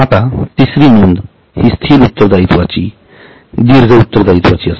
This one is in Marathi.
आता तिसरी नोंद हि स्थिरदीर्घ उत्तरदायित्वाची असते